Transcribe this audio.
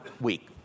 week